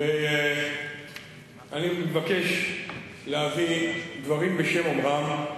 אני מבקש להביא דברים בשם אומרם.